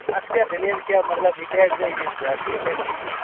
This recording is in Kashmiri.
اتھ کیٛاہ دٔلیٖل کیٛاہ مطلب یہِ کیازِ گیی یہِ زیادتی کیازِ گٔے یہِ